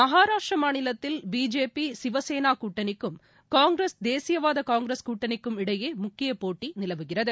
மகராஷ்டிரமாநிலத்தில் BJP சிவசேனாகூட்டனிக்கும் காங்கிரஸ் தேசியவாதகாங்கிரஸ் கூட்டனிக்கும் இடையேமுக்கியபோட்டிநிலவுகிறது